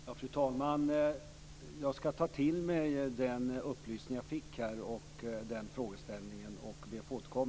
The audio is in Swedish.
Fru talman! Jag skall ta till mig den upplysning och den fråga som jag fick och ber att få återkomma.